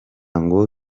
ngo